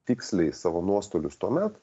tiksliai savo nuostolius tuomet